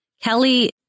Kelly